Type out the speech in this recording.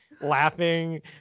laughing